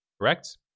correct